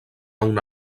una